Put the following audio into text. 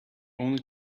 only